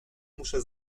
muszę